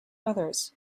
others